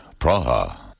Praha